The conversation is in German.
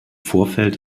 vorfeld